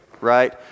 right